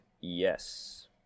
yes